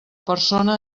persona